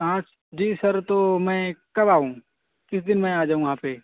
پانچ جی سر تو میں کب آؤں کس دن میں آ جاؤں وہاں پہ